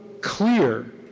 clear